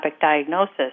diagnosis